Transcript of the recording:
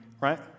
right